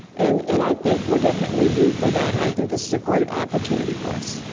and and i think we are definitely due for that, and i think this is a great opportunity for us.